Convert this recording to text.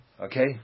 Okay